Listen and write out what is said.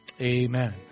Amen